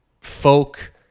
folk